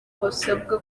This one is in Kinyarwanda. barasabwa